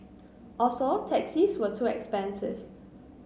also taxis were too expensive